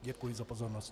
Děkuji za pozornost.